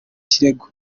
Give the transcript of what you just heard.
kirego